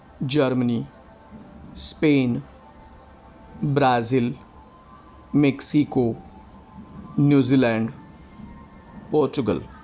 Germany Spain Brazil Mexico New Zealand Portugal